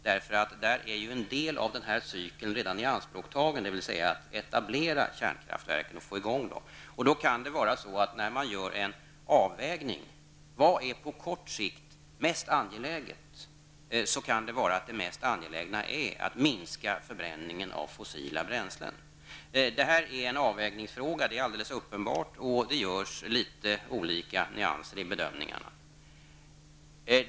När det gäller den frågan är ju en del av den cykeln redan ianspråktagen, nämligen den del som gäller att etablera kärnkraftverken och få i gång dem. När man gör en avvägning av vad som på kort sikt är mest angeläget kan man finna att det mest angelägna är att minska förbränningen av fossila bränslen. Det här är en avvägningsfråga -- det är alldeles uppenbart -- och det finns litet olika nyanser i bedömningarna.